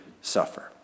suffer